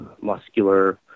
muscular